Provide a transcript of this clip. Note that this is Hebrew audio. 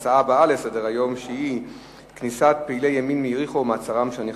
לנושא הבא: כניסת פעילי ימין ליריחו ומעצרם של הנכנסים,